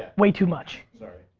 way too much. sorry.